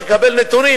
בשביל לקבל נתונים,